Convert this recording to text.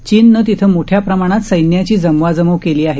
चीननं तिथं मोठ्या प्रमाणात सैन्याची जमवाजमव केली आहे